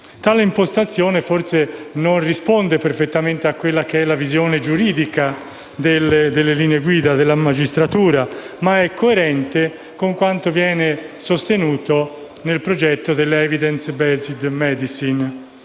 Tale impostazione forse non risponde perfettamente alla visione giuridica delle linee guida della magistratura, ma è coerente con quanto viene sostenuto nel progetto dell'Evidence-based medicine,